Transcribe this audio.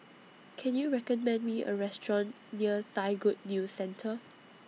Can YOU recommend Me A Restaurant near Thai Good News Centre